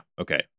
okay